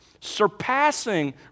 Surpassing